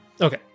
okay